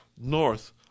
north